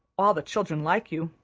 all the children like you,